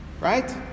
right